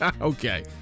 Okay